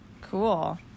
Cool